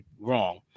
wrong